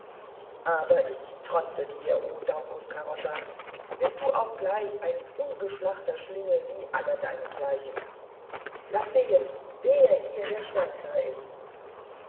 aber ich trotze dir o daucus carota bist du auch gleich ein ungeschlachter schlingel wie alle deinesgleichen laß sehen wer hier der stärkste ist